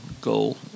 goal